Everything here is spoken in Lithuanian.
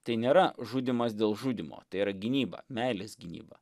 tai nėra žudymas dėl žudymo tai yra gynyba meilės gynyba